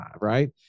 right